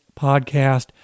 podcast